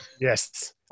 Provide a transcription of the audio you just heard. Yes